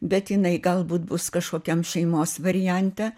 bet jinai galbūt bus kažkokiam šeimos variante